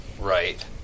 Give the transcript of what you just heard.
right